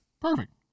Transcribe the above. Perfect